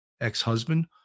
ex-husband